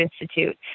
Institute